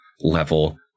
level